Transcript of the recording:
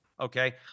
Okay